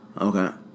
Okay